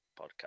podcast